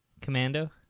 Commando